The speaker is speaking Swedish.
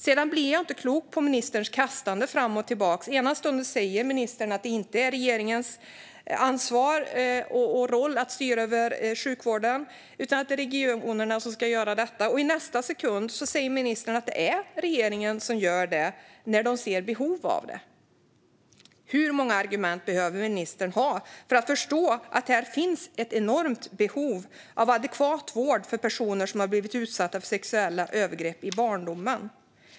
Sedan blir jag inte klok på ministerns kastande fram och tillbaka. Ena stunden säger ministern att det inte är regeringens ansvar och roll att styra över sjukvården utan att det är regionerna som ska göra detta. I nästa sekund säger ministern att det är regeringen som gör det när den ser behov av det. Hur många argument behöver ministern ha för att förstå att det finns ett enormt behov av adekvat vård för personer som har blivit utsatta för sexuella övergrepp i barndomen?